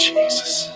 Jesus